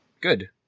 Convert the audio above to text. Good